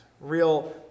real